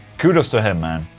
kudos to him man.